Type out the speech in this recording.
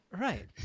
Right